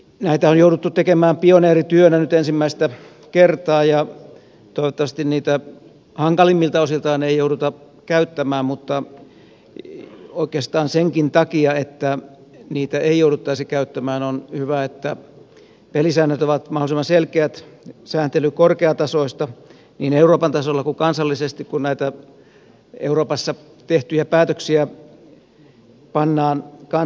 näitä on jouduttu tekemään pioneerityönä nyt ensimmäistä kertaa ja toivottavasti niitä hankalimmilta osiltaan ei jouduta käyttämään mutta oikeastaan senkin takia että niitä ei jouduttaisi käyttämään on hyvä että pelisäännöt ovat mahdollisimman selkeät sääntely korkeatasoista niin euroopan tasolla kuin kansallisesti kun näitä euroopassa tehtyjä päätöksiä pannaan kansallisesti täytäntöön